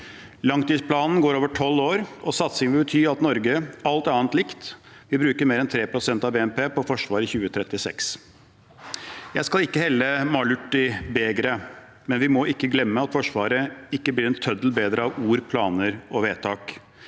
Langtidsplanen går over 12 år, og satsingen vil bety at Norge – alt annet likt – vil bruke mer enn 3 pst. av BNP på forsvar i 2036. Jeg skal ikke helle malurt i begeret, men vi må ikke glemme at Forsvaret ikke blir en tøddel bedre av ord, planer og vedtak.